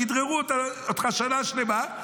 כדררו אותך שנה שלמה,